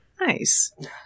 Nice